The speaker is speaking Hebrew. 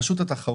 עם רשות התחרות.